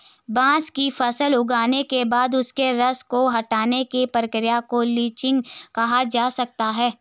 बांस की फसल उगने के बाद उसके रस को हटाने की प्रक्रिया को लीचिंग कहा जाता है